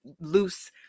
loose